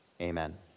Amen